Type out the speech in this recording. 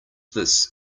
this